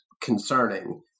concerning